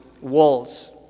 walls